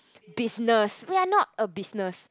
business ya not a business